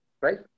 right